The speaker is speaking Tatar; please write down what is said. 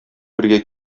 бергә